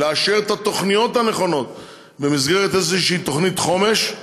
לאשר את התוכניות הנכונות במסגרת איזו תוכנית חומש,